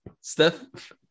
Steph